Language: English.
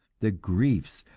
the griefs,